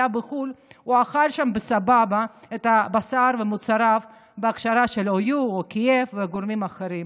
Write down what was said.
הוא אכל שם בסבבה בשר ומוצריו בהכשרה של OU או KF וגורמים אחרים.